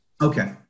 Okay